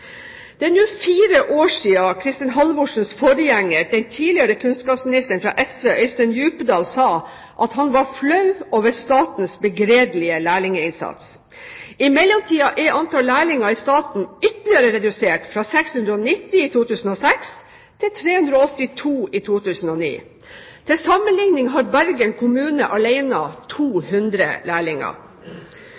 Det er nå fire år siden Kristin Halvorsens forgjenger, tidligere kunnskapsminister Øystein Djupedal fra Sosialistisk Venstreparti, sa at han var flau over statens begredelige lærlinginnsats. I mellomtiden er antall lærlinger i staten ytterligere redusert, fra 690 i 2006 til 382 i 2009. Til sammenligning har Bergen kommune